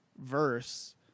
verse